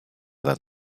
than